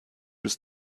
was